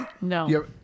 No